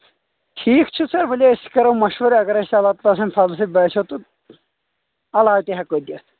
ٹھیٖک چھُ سر ؤلِو أسۍ تہِ کَرو مشورٕ اگر اسہِ اللہ تعالٰی سٕندِ فضلہٕ سۭتۍ باسیو تہٕ علاوٕ تی ہیٚکو دِتھ